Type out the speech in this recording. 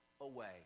away